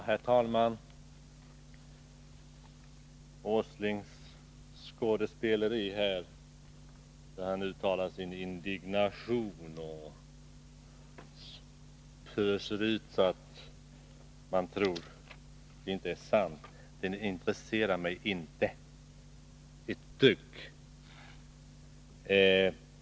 Herr talman! Nils Åslings skådespeleri när han uttalar sin indignation och pöser ut intresserar mig inte ett dugg.